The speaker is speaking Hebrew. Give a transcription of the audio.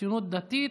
הציונות הדתית.